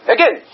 Again